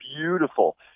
beautiful